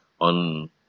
on